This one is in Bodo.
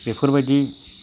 बेफोरबायदि